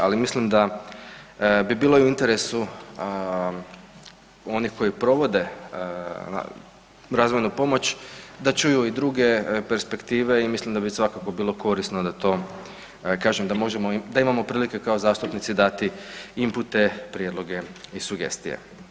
Ali mislim da bi bilo i u interesu onih koji provode razvojnu pomoć da čuju i druge perspektive i mislim da bi svakako bilo korisno to, kažem da možemo, da imamo prilike kao zastupnici dati impute, prijedloge i sugestije.